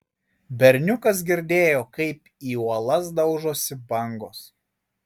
berniukas girdėjo kaip į uolas daužosi bangos